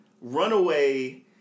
Runaway